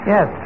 Yes